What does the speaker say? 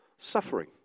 suffering